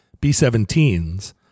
B-17s